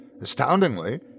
Astoundingly